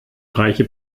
reiche